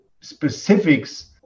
specifics